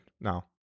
now